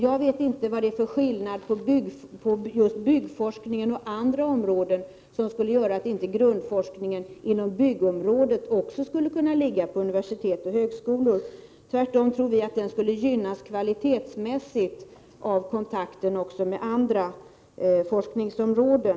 Jag vet inte vad det skulle vara för skillnad mellan byggforskningen och forskning inom andra områden som skulle medföra att grundforskningen inom byggområdet inte också skulle kunna ligga på universitet och högskolor. Vi tror tvärtom att byggforskningen skulle gynnas kvalitetsmässigt av kontakten med andra forskningsområden.